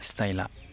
स्टाइलआ